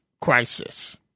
crisis